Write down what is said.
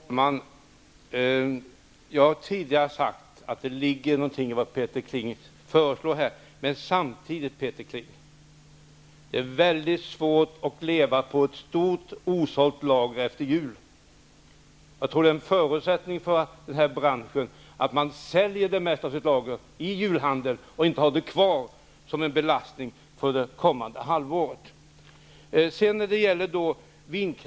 Herr talman! Jag har tidigare sagt att det ligger någonting i Peter Klings förslag, men samtidigt måste jag säga att det är väldigt svårt att leva på ett stort osålt lager efter jul. Jag tror att det är en förutsättning för den här branschen att man säljer det mesta av sitt lager i julhandeln och inte har det kvar som en belastning det kommande halvåret.